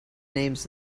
names